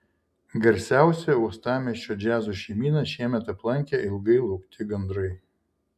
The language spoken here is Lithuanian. garsiausią uostamiesčio džiazo šeimyną šiemet aplankė ilgai laukti gandrai